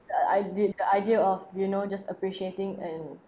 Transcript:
the ide~ the idea of you know just appreciating and